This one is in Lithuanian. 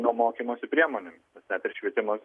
nu mokymosi priemonėm net ir švietimo